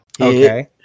Okay